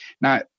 Now